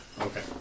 Okay